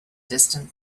distant